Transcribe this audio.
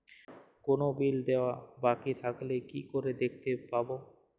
কোনো বিল দেওয়া বাকী থাকলে কি করে দেখতে পাবো?